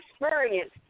experience